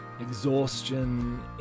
Exhaustion